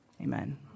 amen